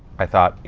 i thought, you